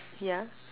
yeah